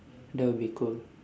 that would be cool